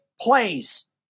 plays